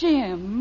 Jim